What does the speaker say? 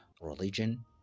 religion